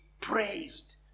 praised